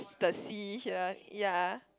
the see here ya